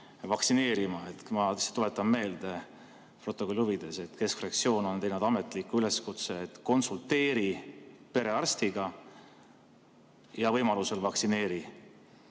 vaktsineerima. Ma tuletan protokolli huvides meelde, et keskfraktsioon on teinud ametliku üleskutse, et konsulteeri perearstiga ja võimalusel vaktsineeri.